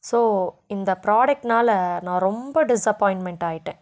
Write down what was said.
so இந்த ப்ரோடக்ட்னால நான் ரொம்ப டிஸ்அப்பாய்ன்ட்மெண்ட் ஆகிட்டேன்